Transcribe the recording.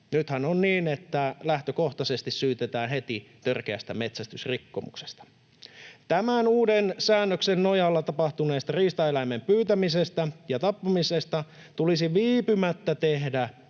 Nythän on niin, että lähtökohtaisesti syytetään heti törkeästä metsästysrikkomuksesta. Tämän uuden säännöksen nojalla tapahtuneesta riistaeläimen pyytämisestä ja tappamisesta tulisi viipymättä tehdä